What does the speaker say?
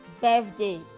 birthday